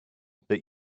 that